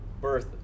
birth